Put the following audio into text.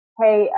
hey